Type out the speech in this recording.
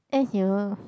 !aiyo!